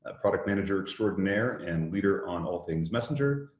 ah product manager extraordinaire and leader on all things messenger,